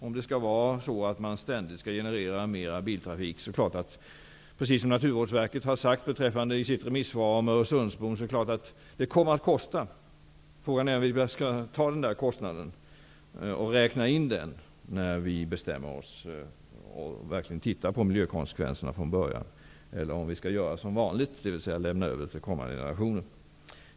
Om man ständigt skall generera mera biltrafik så är det klart, precis som Naturvårdsverket har sagt i sitt remissvar om Öresundsbron, att det kommer att kosta. Frågan är om vi skall ta den kostnaden och räkna in den när vi bestämmer oss och verkligen titta på miljökonsekvenserna från början eller om vi skall göra som vanligt, dvs. lämna över till kommande generationer.